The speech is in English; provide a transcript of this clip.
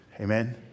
Amen